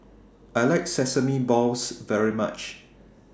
I like Sesame Balls very much